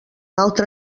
altre